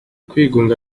kwigunga